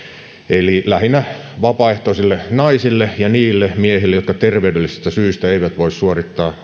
eli lähinnä vapaaehtoisille naisille ja niille miehille jotka terveydellisistä syistä eivät voi suorittaa